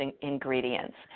ingredients